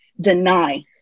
deny